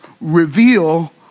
reveal